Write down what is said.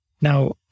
Now